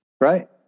Right